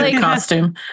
costume